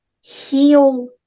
heal